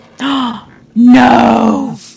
No